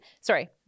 sorry